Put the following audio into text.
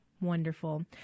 Wonderful